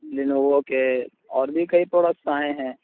Lenovo کے اور بھی کئی پروڈکٹس آئے ہیں